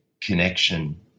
connection